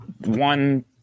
one